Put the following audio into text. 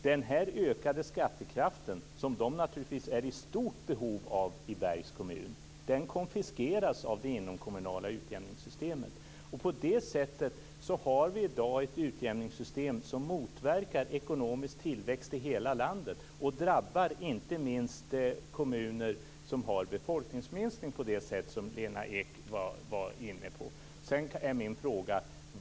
Den ökade skattekraft, som man naturligtvis är i stort behov av i Bergs kommun, konfiskeras av det inomkommunala utjämningssystemet. Därigenom har vi i dag ett utjämningssystem som motverkar ekonomisk tillväxt i hela landet och som drabbar inte minst kommuner med befolkningsminskning på det sätt som Lena Ek var inne på.